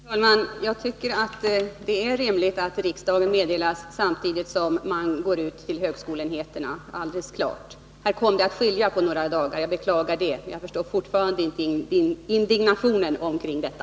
Herr talman! Jag tycker att det är rimligt att riksdagen meddelas samtidigt som högskoleenheterna — det är alldeles klart. I det här fallet kom det att skilja på några dagar; jag beklagar det. Jag förstår fortfarande inte indignationen över detta.